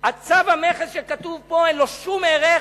צו המכס שכתוב פה, אין לו שום ערך.